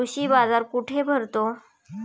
कृषी बाजार कुठे भरतो?